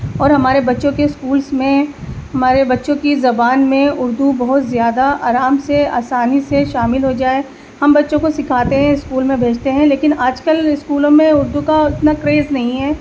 اور ہمارے بچوں کے اسکولس میں ہمارے بچوں کی زبان میں اردو بہت زیادہ آرام سے آسانی سے شامل ہو جائے ہم بچوں کو سکھاتے ہیں اسکول میں بھیجتے ہیں لیکن آج کل اسکولوں میں اردو کا اتنا کریز نہیں ہے